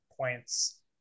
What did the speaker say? points